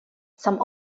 some